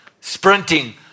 sprinting